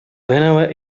whenever